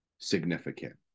significant